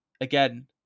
again